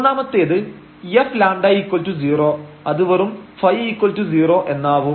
മൂന്നാമത്തേത് Fλ0 അത് വെറും ϕ0 എന്നാവും